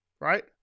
right